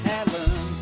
Helen